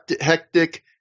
hectic